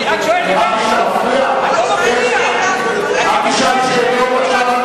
אני רק שואל, אל תשאל שאלות.